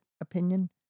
opinion